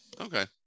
okay